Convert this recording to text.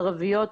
ערביות,